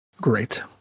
Great